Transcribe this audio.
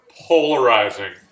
polarizing